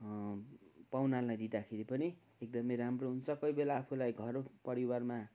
पाहुनालाई दिँदाखेरि पनि एकदमै राम्रो हुन्छ कोही बेला आफूलाई घर परिवारमा